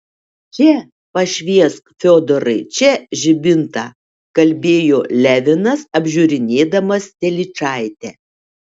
čia pašviesk fiodorai čia žibintą kalbėjo levinas apžiūrinėdamas telyčaitę